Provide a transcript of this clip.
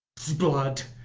sblood,